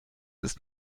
ist